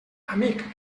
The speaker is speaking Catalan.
amic